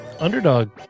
underdog